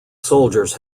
soldiers